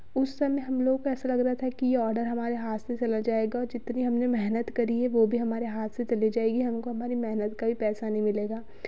उस समय हम लोग को ऐसा लग रहा था कि ये ऑर्डर हमारे हाथ से चला जाएगा जितनी हमने मेहनत करी है वो भी हमारे हाथ से चली जाएगी हमको हमारी मेहनत का भी पैसा नहीं मिलेगा